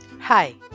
Hi